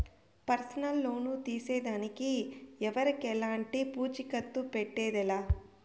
personal loan తీసేదానికి ఎవరికెలంటి పూచీకత్తు పెట్టేదె లా